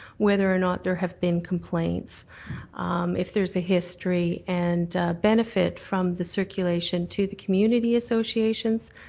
whether or not there have been complaints f there's a history and a benefit from the circulation to the community associations,